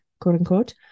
quote-unquote